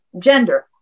gender